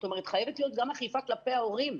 זאת אומרת, חייבת להיות גם אכיפה כלפי ההורים.